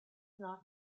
not